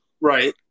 Right